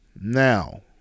Now